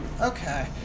okay